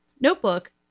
notebook